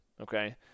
Okay